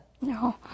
No